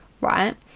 right